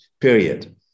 period